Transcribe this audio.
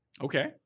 Okay